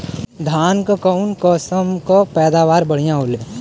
धान क कऊन कसमक पैदावार बढ़िया होले?